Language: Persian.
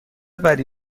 بدی